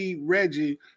Reggie